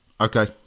Okay